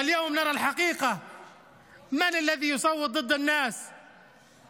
וכולם אמרו שרע"מ מביאה חוקים ומצביעה נגד האינטרסים של האנשים,